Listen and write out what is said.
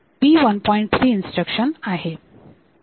3 instruction आहे